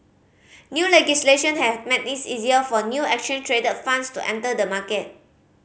new legislation has made it easier for new exchange traded funds to enter the market